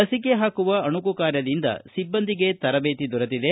ಲಸಿಕೆ ಹಾಕುವ ಅಣಕು ಕಾರ್ಯದಿಂದ ಸಿಬ್ಲಂದಿಗೆ ತರಬೇತಿ ದೊರೆತಿದೆ